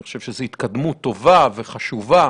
אני חושב שזו התקדמות טובה וחשובה.